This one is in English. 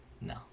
No